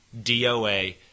DOA